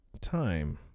time